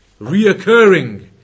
reoccurring